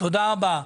תודה רבה.